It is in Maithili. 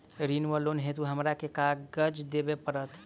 ऋण वा लोन हेतु हमरा केँ कागज देबै पड़त?